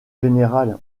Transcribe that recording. général